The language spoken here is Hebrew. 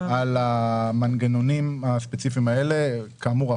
על המנגנונים הספציפיים האלה כאמור,